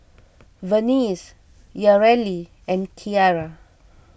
Vernice Yareli and Kiara